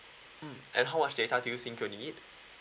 mm and how much data do you think you'll need